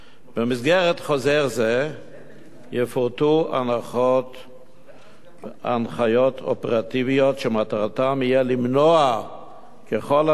במסגרת חוזר זה יפורטו הנחיות אופרטיביות שמטרתן תהיה למנוע ככל האפשר